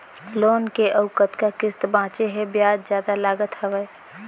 Loan के अउ कतका किस्त बांचें हे? ब्याज जादा लागत हवय,